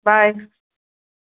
bye